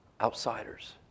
Outsiders